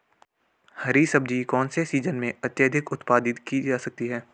हरी सब्जी कौन से सीजन में अत्यधिक उत्पादित की जा सकती है?